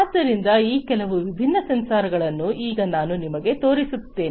ಆದ್ದರಿಂದ ಈ ಕೆಲವು ವಿಭಿನ್ನ ಸೆನ್ಸಾರ್ಗಳನ್ನು ಈಗ ನಾನು ನಿಮಗೆ ತೋರಿಸುತ್ತೇನೆ